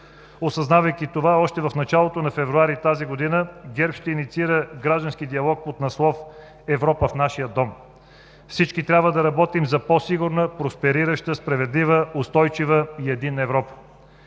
Осъзнавайки това, още в началото на февруари тази година ГЕРБ ще инициира граждански диалог под наслов: „Европа в нашия дом“. Всички трябва да работим за по-сигурна, просперираща, справедлива, устойчива и единна Европа.